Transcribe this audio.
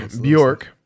Bjork